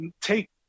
take